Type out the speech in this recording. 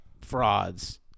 Frauds